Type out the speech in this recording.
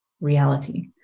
reality